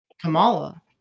Kamala